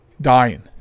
Dying